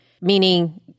Meaning